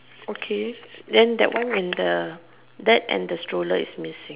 okay then that one and the that and the stroller is missing